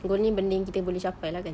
goal ini benda yang kita boleh capai lah kan